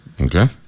Okay